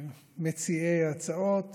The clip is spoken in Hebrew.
מציעי ההצעות